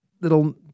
little